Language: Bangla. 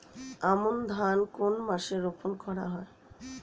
আমন ধান কোন মাসে রোপণ করা হয় এবং কোন মাসে কাটা হয়?